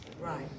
Right